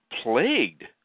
plagued